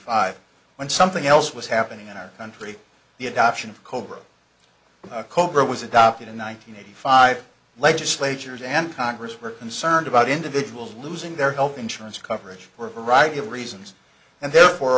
five when something else was happening in our country the adoption of cobra cobra was adopted in one nine hundred eighty five legislatures and congress were concerned about individuals losing their health insurance coverage for a variety of reasons and therefore